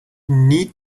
need